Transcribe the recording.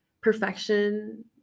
perfection